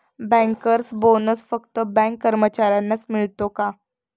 Bankers bonus फक्त bank कर्मचाऱ्यांनाच मिळतो का?